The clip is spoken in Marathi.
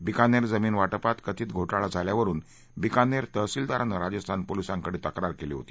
बिकानेर जमीन वाटपात कथित घोटाळा झाल्यावरुन बिकानेर तहसीलदारानं राजस्थान पोलिसांका ैतक्रार केली होती